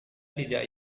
tidak